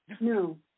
No